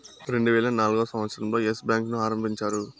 రెండువేల నాల్గవ సంవచ్చరం లో ఎస్ బ్యాంకు ను ఆరంభించారు